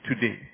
today